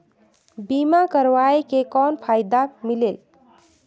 बीमा करवाय के कौन फाइदा मिलेल?